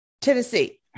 Tennessee